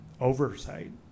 oversight